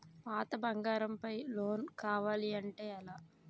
పాత బంగారం పై లోన్ కావాలి అంటే ఎలా?